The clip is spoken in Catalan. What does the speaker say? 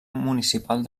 municipal